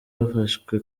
bafashwe